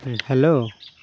hello